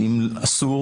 אם אסור